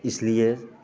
इसलिए